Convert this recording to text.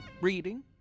reading